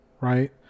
right